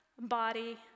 body